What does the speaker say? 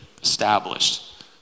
established